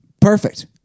Perfect